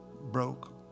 broke